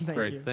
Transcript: great.